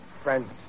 Friends